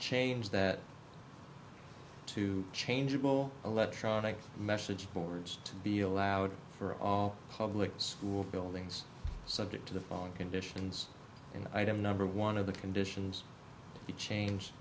change that to changeable electronic message boards to be allowed for all public school buildings subject to the following conditions and item number one of the conditions change